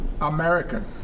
American